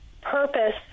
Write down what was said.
purpose